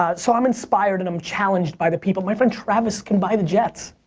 ah so i'm inspired and i'm challenged by the people. my friend travis can buy the jets.